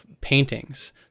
paintings